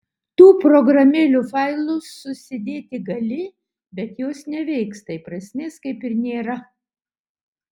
tų programėlių failus susidėti gali bet jos neveiks tai prasmės kaip ir nėra